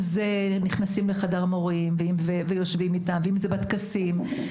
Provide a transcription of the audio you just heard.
נכנסים לחדר המורים, יושבים איתם, בטקסים.